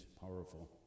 powerful